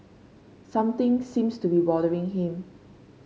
something seems to be bothering him